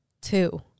Two